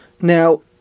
Now